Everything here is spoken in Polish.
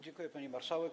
Dziękuję, pani marszałek.